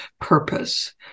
purpose